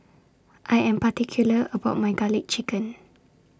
I Am particular about My Garlic Chicken